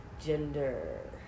gender